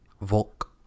Volk